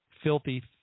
filthy